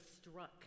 struck